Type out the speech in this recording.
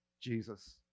Jesus